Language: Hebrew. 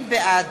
בעד